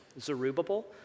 Zerubbabel